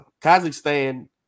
Kazakhstan